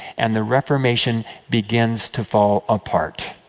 and the reformation begins to fall apart.